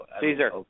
Caesar